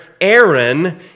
Aaron